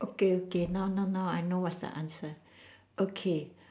okay okay no no no I know what is the answer okay